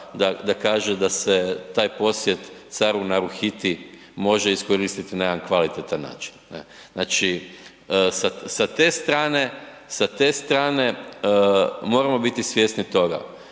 da kaže da se taj posjet caru Naruhiti može iskoristiti na jedan kvalitetan način. Znači sa te strane moramo biti svjesni toga